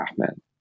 Ahmed